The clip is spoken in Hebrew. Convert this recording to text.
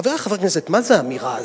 חברי חברי הכנסת, מה זו האמירה הזאת?